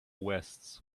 vests